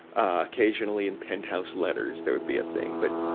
occasionally, in penthouse letters, there would be a thing. but,